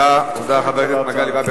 תודה לחבר הכנסת מגלי והבה.